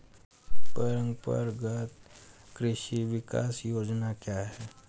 परंपरागत कृषि विकास योजना क्या है?